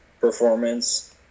performance